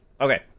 okay